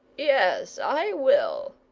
yes, i will,